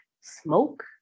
smoke